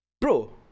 Bro